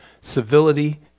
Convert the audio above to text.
civility